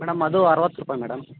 madam ಅದು ಅರುವತ್ತು ರೂಪಾಯಿ ಮೇಡಮ್